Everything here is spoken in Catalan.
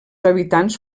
habitants